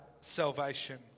salvation